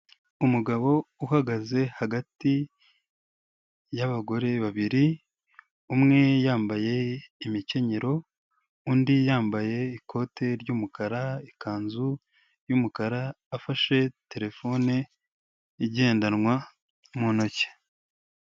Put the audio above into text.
Umugabo uhagaze hagati y'abagore babiri umwe yambaye imikenyero undi yambaye ikote ry'umukara ikanzu y'umukara afashe terefone igendanwa mu ntoki.